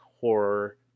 horror